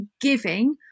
giving